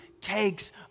takes